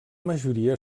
majoria